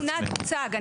מבחינת מוצג,